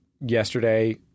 yesterday –